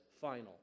final